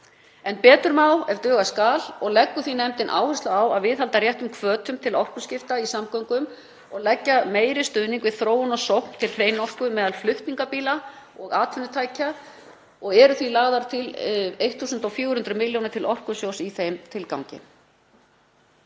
En betur má ef duga skal og leggur því nefndin áherslu á að viðhalda réttum hvötum til orkuskipta í samgöngum og leggja meiri stuðning við þróun og sókn til hreinorku meðal flutningabíla og atvinnutækja. Eru því lagðar til 400 millj. kr. til Orkusjóðs í þeim tilgangi.